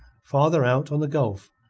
farther out on the gulf,